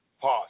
pause